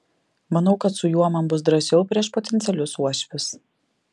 manau kad su juo man bus drąsiau prieš potencialius uošvius